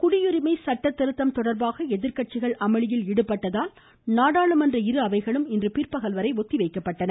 குடியுரிமை சட்ட திருத்தம் தொடர்பாக எதிர்கட்சிகள் அமளியில் ஈடுபட்டதால் நாடாளுமன்ற இரு அவைகளும் இன்று பிற்பகல் வரை ஒத்திவைக்கப்பட்டன